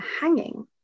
hanging